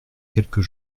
quelques